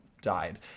died